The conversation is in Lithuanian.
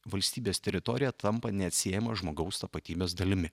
valstybės teritorija tampa neatsiejama žmogaus tapatybės dalimi